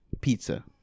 pizza